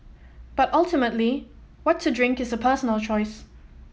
but ultimately what to drink is a personal choice